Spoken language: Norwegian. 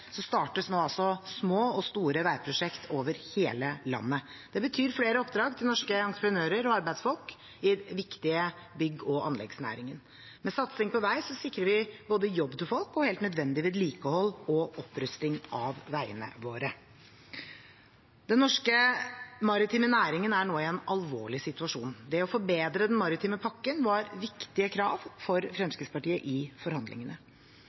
startes nå små og store veiprosjekt over hele landet. Det betyr flere oppdrag til norske entreprenører og arbeidsfolk i den viktige bygge- og anleggsnæringen. Med satsing på vei sikrer vi både jobb til folk og helt nødvendig vedlikehold og opprusting av veiene våre. Den norske maritime næringen er nå i en alvorlig situasjon. Det å forbedre den maritime pakken var et viktig krav for Fremskrittspartiet i forhandlingene.